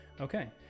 Okay